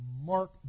mark